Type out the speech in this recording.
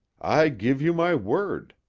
i give you my word,